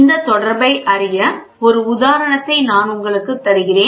இந்த தொடர்பை அறிய ஒரு உதாரணத்தை நான் உங்களுக்கு தருகிறேன்